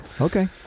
Okay